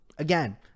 Again